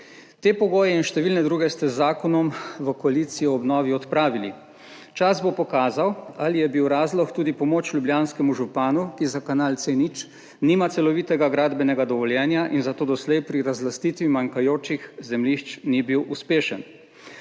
Te pogoje in številne druge ste z zakonom v koaliciji obnovi odpravili. Čas bo pokazal ali je bil razlog tudi pomoč ljubljanskemu županu, ki za kanal C0 nima celovitega gradbenega dovoljenja in zato doslej pri razlastitvi manjkajočih zemljišč ni bil uspešen.